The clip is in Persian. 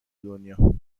دنیا